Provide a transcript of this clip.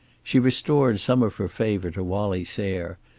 she restored some of her favor to wallie sayre,